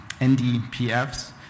NDPFs